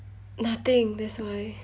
nothing that's why